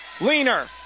leaner